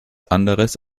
anderes